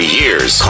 years